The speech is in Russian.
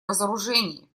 разоружению